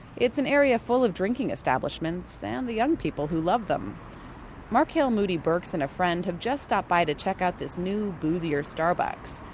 it's an area full of drinking establishments, and the young people who love them marcail moody-burks and a friend have just stopped by to check out this new, boozier starbucks.